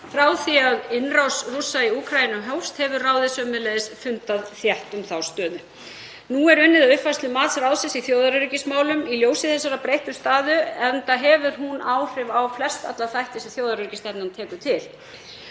Frá því að innrás Rússa í Úkraínu hófst hefur ráðið sömuleiðis fundað þétt um þá stöðu. Nú er unnið að uppfærslu mats ráðsins í þjóðaröryggismálum í ljósi þessarar breyttu stöðu, enda hefur hún áhrif á flestalla þætti sem þjóðaröryggisstefnan tekur til.